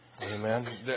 Amen